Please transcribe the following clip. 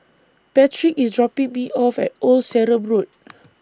Patrick IS dropping Me off At Old Sarum Road